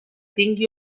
tingui